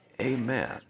Amen